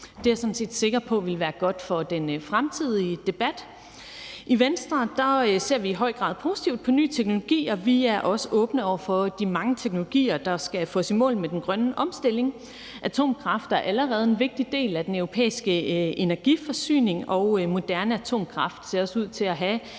Det er jeg sådan set sikker på vil være godt for den fremtidige debat. I Venstre ser vi i høj grad positivt på ny teknologi, og vi er også åbne over for de mange teknologier, der skal få os i mål med den grønne omstilling. Atomkraft er allerede en vigtig del af den europæiske energiforsyning, og moderne atomkraft ser også ud til at have